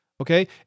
okay